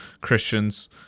Christians